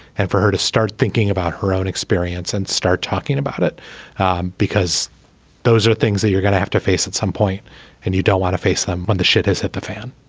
and for her to start thinking about her own experience and start talking about it because those are things that you're going to have to face at some point and you don't want to face them when the shit has hit the fan